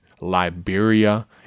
Liberia